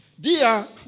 dear